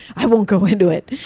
i won't go into it.